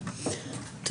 שלנו.